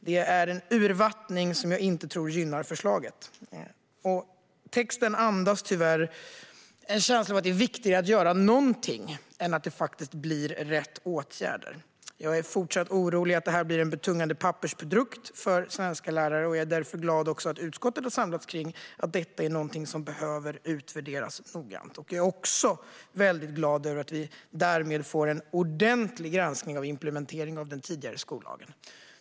Det är en urvattning som jag inte tror gynnar förslaget. Texten andas tyvärr en känsla av att det är viktigare att göra någonting än att det faktiskt blir rätt åtgärder. Jag är fortsatt orolig över att detta blir en betungande pappersprodukt för svenska lärare. Jag är därför glad över att utskottet har samlats kring att detta är någonting som noggrant behöver utvärderas. Jag är också väldigt glad över att vi därmed får en ordentlig granskning av implementeringen av den tidigare skollagen.